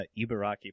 ibaraki